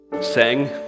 sang